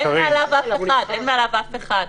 אין מעליו אף אחד.